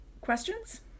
Questions